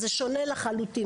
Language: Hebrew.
זה שונה לחלוטין,